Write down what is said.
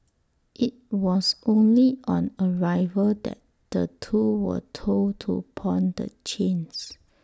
IT was only on arrival that the two were told to pawn the chains